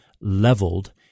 leveled